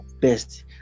best